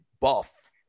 buff